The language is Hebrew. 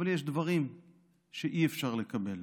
אבל יש דברים שאי-אפשר לקבל.